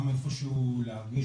גם איפה שהוא להרגיש,